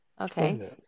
okay